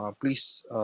please